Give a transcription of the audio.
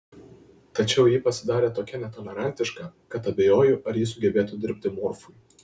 tačiau ji pasidarė tokia netolerantiška kad abejoju ar ji sugebėtų dirbti morfui